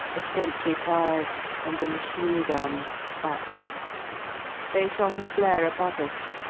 a sentry fired and a machine-gun spat they shot a flare above us,